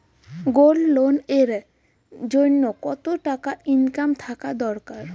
Gold loan এর জইন্যে কতো টাকা ইনকাম থাকা দরকার?